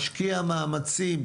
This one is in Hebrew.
משקיע מאמצים,